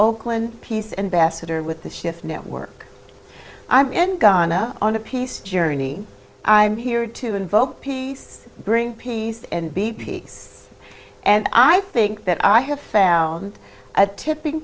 oakland peace and bassett are with the shift network i'm n gonna on a peace journey i'm here to invoke peace bring peace and be peace and i think that i have found a tipping